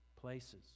places